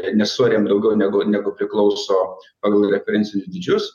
nesuariam daugiau negu negu priklauso pagal referencinius dydžius